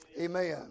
Amen